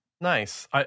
Nice